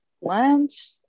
lunch